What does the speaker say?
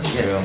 Yes